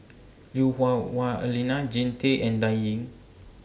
Lui Hah Wah Elena Jean Tay and Dan Ying